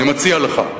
אני מציע לך,